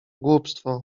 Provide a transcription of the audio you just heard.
głupstwo